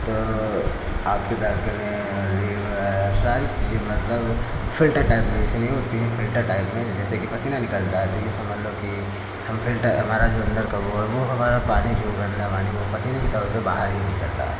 तो आपके दांतों में लीवर सारी चीज़ें मतलब फ़िल्टर टाइप में जैसे नहीं होती हैं फ़िल्टर टाइप में जैसे कि पसीना निकलता है तो ये समझ लो कि हम फ़िल्टर हमारा जो अंदर का वो है वो हमारा पानी जो गंदा पानी जो पसीने की तौर पे बाहर ही निकलता है